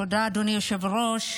תודה, אדוני היושב-ראש.